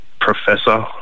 professor